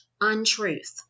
untruth